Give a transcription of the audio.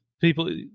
people